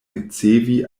ricevi